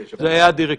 היום.